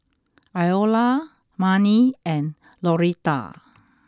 Iola Marni and Lauretta